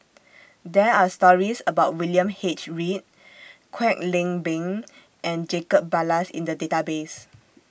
There Are stories about William H Read Kwek Leng Beng and Jacob Ballas in The Database